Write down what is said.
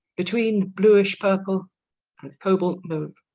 between bluish purple and cobalt move